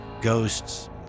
ghosts